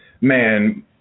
man